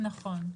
נכון.